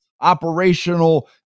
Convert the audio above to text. operational